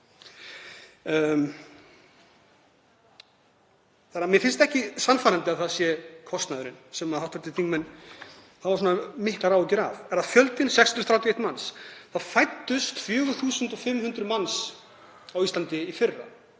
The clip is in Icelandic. Þannig að mér finnst ekki sannfærandi að það sé kostnaðurinn sem hv. þingmenn hafa svona miklar áhyggjur af. Er það fjöldinn? 631 manns, það fæddust 4.500 manns á Íslandi í fyrra.